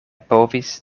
povis